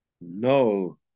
no